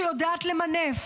מנהיגות שיודעת למנף